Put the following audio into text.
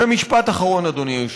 ומשפט אחרון, אדוני היושב-ראש: